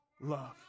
love